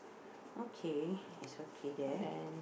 okay it's okay there